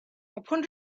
upon